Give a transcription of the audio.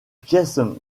pièces